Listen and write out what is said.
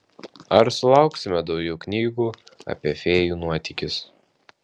ar sulauksime daugiau knygų apie fėjų nuotykius